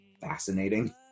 fascinating